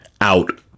out